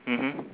mmhmm